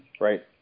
Right